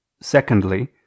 Secondly